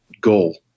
goal